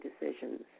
decisions